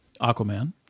Aquaman